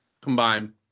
Combine